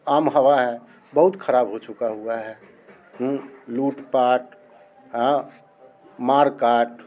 आम हवा है बहुत ख़राब हो चुका हुआ है लुट पात मार काट